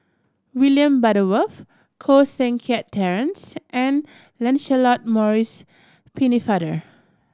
William Butterworth Koh Seng Kiat Terence and Lancelot Maurice Pennefather